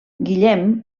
guillem